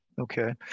Okay